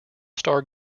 star